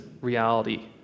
reality